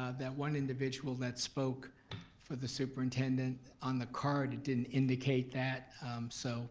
ah that one individual that spoke for the superintendent on the card it didn't indicate that so